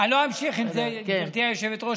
בסדר, לא אמשיך עם זה, גברתי היושבת-ראש.